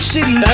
City